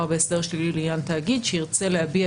בהסדר שלילי לעניין תאגיד שירצה להביע את עמדתו.